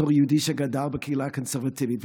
בתור יהודי שגדל בקהילה הקונסרבטיבית.